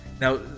Now